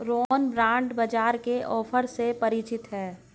Rohan bond बाजार के offer से परिचित है